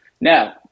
Now